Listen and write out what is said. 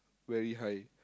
very high